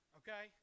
okay